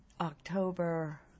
October